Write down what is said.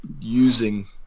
using